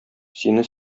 сине